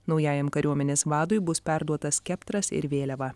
naujajam kariuomenės vadui bus perduotas skeptras ir vėliava